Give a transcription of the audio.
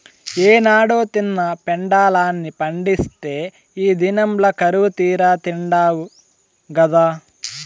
ఏనాడో తిన్న పెండలాన్ని పండిత్తే ఈ దినంల కరువుతీరా తిండావు గదా